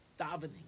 davening